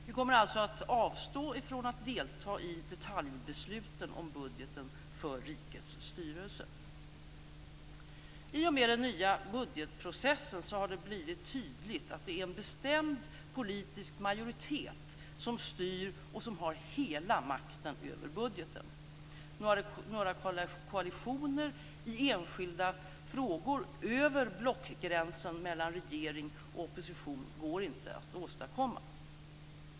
Vi kommer alltså att avstå från att delta i detaljbesluten om budgeten för rikets styrelse. I och med den nya budgetprocessen har det blivit tydligt att det är en bestämd politisk majoritet som styr och som har hela makten över budgeten. Några koalitioner i enskilda frågor över blockgränsen mellan regering och opposition går inte att åstadkomma.